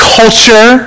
culture